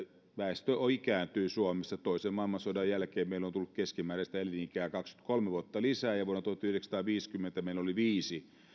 väestö ikääntyy suomessa toisen maailmansodan jälkeen meille on tullut keskimääräistä elinikää kaksikymmentäkolme vuotta lisää vuonna tuhatyhdeksänsataaviisikymmentä meillä oli viisi